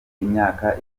imyaka